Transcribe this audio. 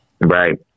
Right